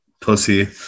pussy